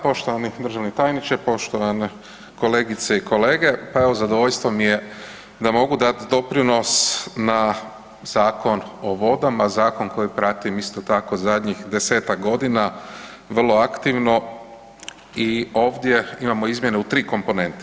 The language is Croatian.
Poštovani državni tajniče, poštovane kolegice i kolege, pa evo zadovoljstvo mi je da mogu dati doprinos na Zakon o vodama, zakon koji pratim isto tako zadnjih 10-tak godina vrlo aktivno i ovdje imamo izmjene u 3 komponente.